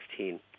2016